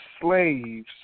slaves